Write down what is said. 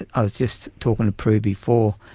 ah i was just talking to prue before,